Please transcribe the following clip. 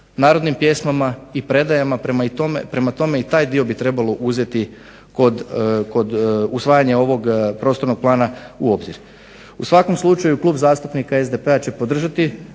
narodnim pjesmama i predajama prema tome i taj dio bi trebalo uzeti kod usvajanja ovog prostornog plana u obzir. U svakom slučaju Klub zastupnika SDP-a će podržati